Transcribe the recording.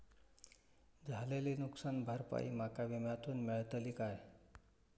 झालेली नुकसान भरपाई माका विम्यातून मेळतली काय?